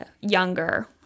younger